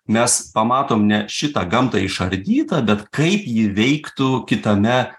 mes pamatom ne šitą gamtą išardytą bet kaip ji veiktų kitame